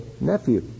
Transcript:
nephew